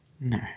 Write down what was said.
No